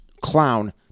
clown